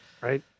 right